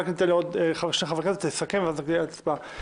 רק ניתן לעוד חבר כנסת לסכם ואז תהיה הצבעה.